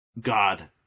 God